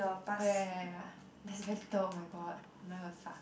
oh ya ya ya I haven't told oh my god mine will suck